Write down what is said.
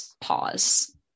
pause